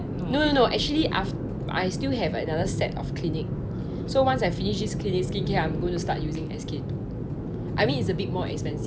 no no no no no actually I still have another set of Clinique so once I finished this Clinique skincare I'm going to start using SK-II I mean it's a bit more expensive